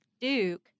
Duke